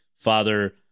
father